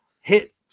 hit